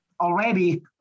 already